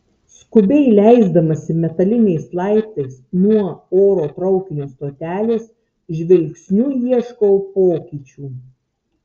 skubiai leisdamasi metaliniais laiptais nuo oro traukinio stotelės žvilgsniu ieškau pokyčių